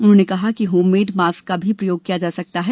उन्होने कहा कि होममेड मास्क का भी प्रयोग किया जा सकता है